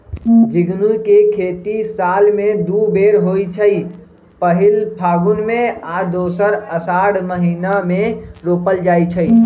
झिगुनी के खेती साल में दू बेर होइ छइ पहिल फगुन में आऽ दोसर असाढ़ महिना मे रोपल जाइ छइ